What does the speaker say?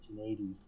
1980